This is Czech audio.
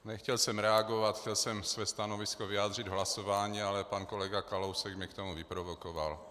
Nechtěl jsem reagovat, chtěl jsem své stanovisko vyjádřit v hlasování, ale pan kolega Kalousek mě k tomu vyprovokoval.